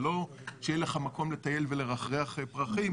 זה לא שאין לך מקום לטייל ולרחרח פרחים,